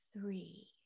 Three